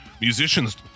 musicians